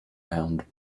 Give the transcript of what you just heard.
round